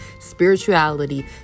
spirituality